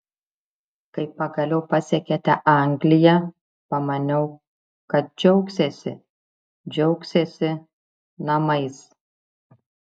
kai pagaliau pasiekėte angliją pamaniau kad džiaugsiesi džiaugsiesi namais